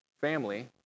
family